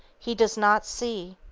he does not see.